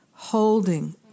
holding